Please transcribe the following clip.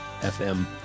FM